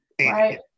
right